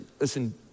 listen